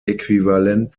äquivalent